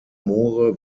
moore